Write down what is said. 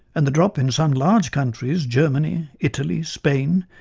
and the drop in some large countries, germany, italy, spain,